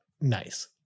nice